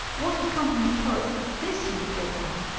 what a company of poets hath this year brought out,